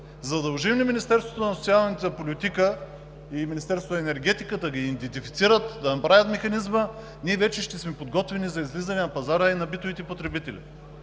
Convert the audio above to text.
Задължим ли Министерството на труда и социалната политика и Министерството на енергетика да ги идентифицират, да направят механизма, ние вече ще сме подготвени за излизане на пазара и на битовите потребители.